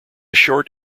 short